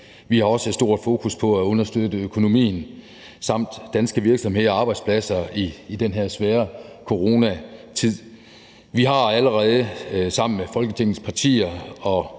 Vi har også stort fokus på at understøtte økonomien samt danske virksomheder og arbejdspladser i den her svære coronatid. Vi har allerede sammen med Folketingets partier og